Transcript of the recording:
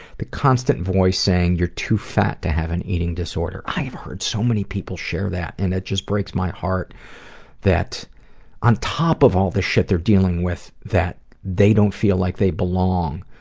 the constant voice saying, you're too fat to have an eating disorder. i've heard so many people share that and it just breaks my heart that on top of all the shit they're dealing with that they don't feel like they belong.